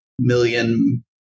million